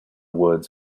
woods